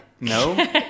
No